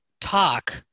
talk